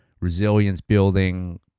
resilience-building